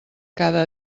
cada